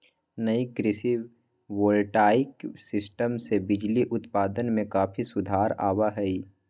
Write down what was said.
नई कृषि voltaic system से बिजली उत्पादन में काफी सुधार आवा हई